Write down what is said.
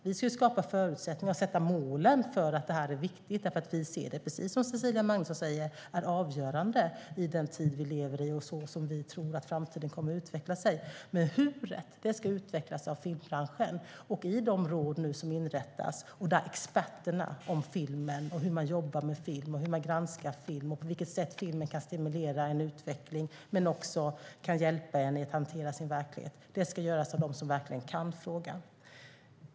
Vi ska skapa förutsättningarna och sätta målen, för precis som Cecilia Magnusson säger är det avgörande i den tid vi lever i och så som vi tror att framtiden kommer att utveckla sig. Hur:et ska utvecklas av filmbranschen, och i de råd som nu inrättas med experter på film. Kunskapen om hur man jobbar med film, hur man granskar film, på vilket sätt film kan stimulera utveckling och hjälpa en att hantera verkligheten ska ges av dem som verkligen kan frågan.